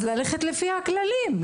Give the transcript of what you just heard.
אז ללכת לפי הכללים.